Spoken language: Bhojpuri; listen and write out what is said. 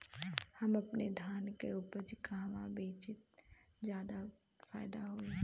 हम अपने धान के उपज कहवा बेंचि त ज्यादा फैदा होई?